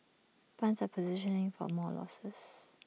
funds are positioning for more losses